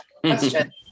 question